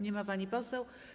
Nie ma pani poseł.